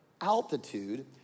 altitude